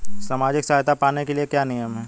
सामाजिक सहायता पाने के लिए क्या नियम हैं?